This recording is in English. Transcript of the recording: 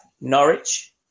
Norwich